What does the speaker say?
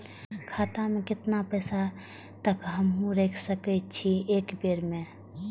खाता में केतना पैसा तक हमू रख सकी छी एक बेर में?